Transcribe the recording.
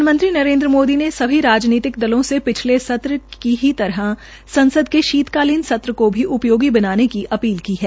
प्रधानमंत्री नरेन्द्र मोदी ने सभी राजनीतिक दलों से पिछले सत्र की ही तरह संसद के शीतकालीन सत्र को भी उपयोगी बनाने की अपील की है